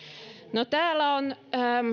no täällä on